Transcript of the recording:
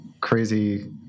crazy